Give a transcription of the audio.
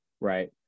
Right